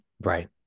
Right